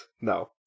No